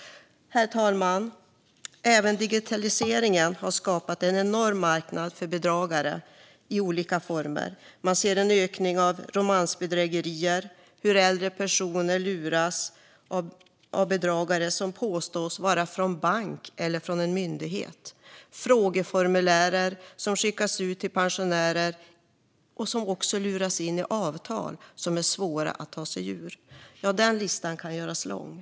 Herr talman! Även digitaliseringen har skapat en enorm marknad för bedragare i olika former. Man ser en ökning av romansbedrägerier och hur äldre personer luras av bedragare som påstår sig vara från banker eller myndigheter. Frågeformulär skickas ut till pensionärer som luras in i avtal som är svåra att ta sig ur. Den listan kan göras lång.